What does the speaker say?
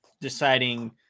deciding